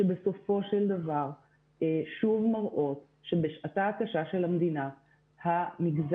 שבסופו של דבר שוב מראות שבשעתה הקשה של המדינה המגזר